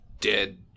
dead